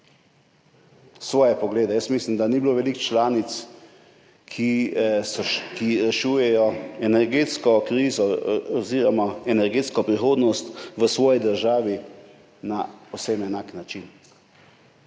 svoje poglede. Jaz mislim, da ni bilo veliko članic, ki rešujejo energetsko krizo oziroma energetsko prihodnost v svoji državi na povsem enak način.